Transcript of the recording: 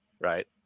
right